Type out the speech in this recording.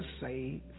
say